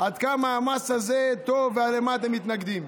עד כמה המס הזה טוב, ולמה אתם מתנגדים?